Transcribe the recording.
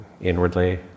inwardly